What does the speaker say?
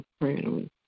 praying